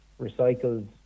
recycled